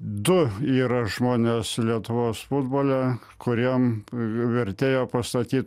du yra žmonės lietuvos futbole kuriem vertėjo pasakyt